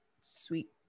Sweet